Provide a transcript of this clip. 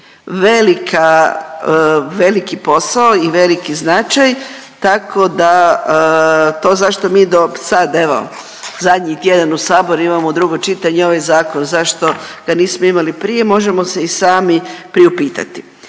veliki posao i veliki značaj tako da to zašto mi do sad, evo zadnji tjedan u saboru imamo u drugo čitanje ovaj zakon, zašto ga nismo imali prije možemo se i sami priupitati.